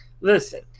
Listen